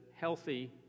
healthy